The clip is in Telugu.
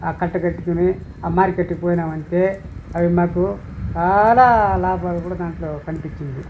కట్ట కట్టుకొని అ మార్కెట్కి పోయినామంటే అవి మాకు చాలా లాభాలు కూడా దాంట్లో కనిపిచ్చింది